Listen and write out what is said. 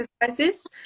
exercises